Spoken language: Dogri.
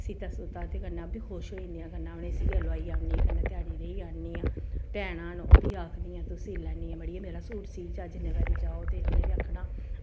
सीह्ता सूह्ता ते कन्नै ओह् बी खुश होई जंदे ऐ ते कन्नै उ'नें ई सीयै लोआई औनी कन्नै ध्याड़ी रेही औनी आं भैनां न ओह्बी आखदियां तूं सीऽ लैन्नी ऐ मड़ियै मेरा सूट सीऽ जां जि'न्ने बारी जाओ ते उ'नें बी आखना